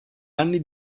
anni